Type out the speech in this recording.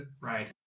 Right